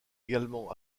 également